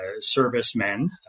servicemen